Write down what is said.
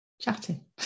chatting